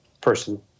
person